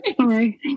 sorry